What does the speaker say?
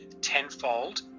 tenfold